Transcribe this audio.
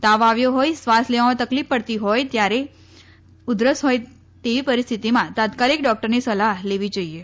તાવ આવ્યો હોય શ્વાસ લેવામાં તકલીફ પડતી હોય તથા ઉધરસ હોય તેવી પરિસ્થિતિમાં તાત્કાલીક ડોક્ટરની સલાહ લેવી જોઈએ